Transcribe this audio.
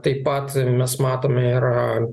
taip pat mes matome ir